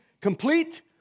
complete